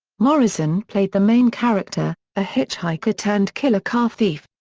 morrison played the main character, a hitchhiker turned killer car thief.